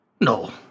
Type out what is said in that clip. No